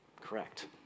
Correct